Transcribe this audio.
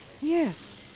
Yes